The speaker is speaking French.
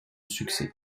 succès